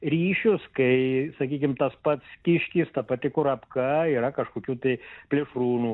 ryšius kai sakykim tas pats kiškis ta pati kurapka yra kažkokių tai plėšrūnų